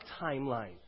timeline